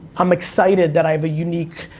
i'm excited that i have a unique,